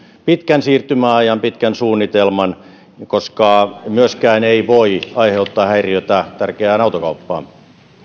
pitkän siirtymäajan pitkän suunnitelman koska myöskään ei voi aiheuttaa häiriötä tärkeään autokauppaan